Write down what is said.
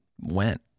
went